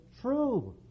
true